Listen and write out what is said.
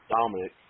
Dominic